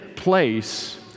place